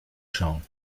schauen